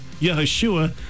Yahushua